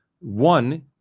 One